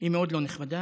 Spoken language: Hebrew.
היא מאוד לא נכבדה.